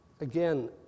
again